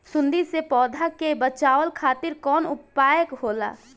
सुंडी से पौधा के बचावल खातिर कौन उपाय होला?